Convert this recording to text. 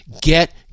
get